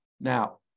Now